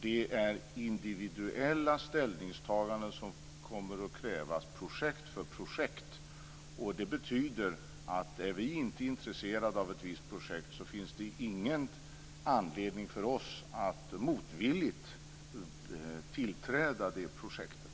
Det är individuella ställningstaganden som kommer att krävas projekt för projekt. Det betyder att är vi inte intresserade av ett visst projekt finns det ingen anledning för oss att motvilligt tillträda det projektet.